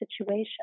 situation